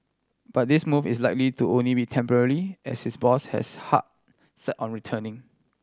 but this move is likely to only be temporary as his boss has heart set on returning